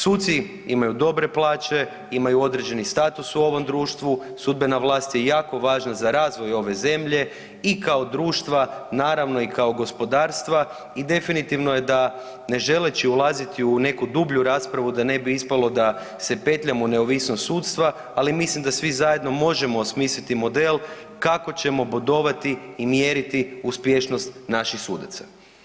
Suci imaju dobre plaće, imaju određeni status u ovom društvu, sudbena vlast je jako važna za razvoj ove zemlje i kao društva naravno i kao gospodarstva i definitivno je da ne želeći ulaziti u neku dublju raspravu da ne bi ispalo da se petljam u neovisnost sudstva, ali mislim da svi zajedno možemo osmisliti model kako ćemo bodovati i mjeriti uspješnost naših sudaca.